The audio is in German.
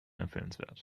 empfehlenswert